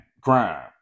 crime